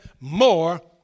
more